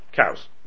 cows